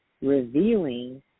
revealing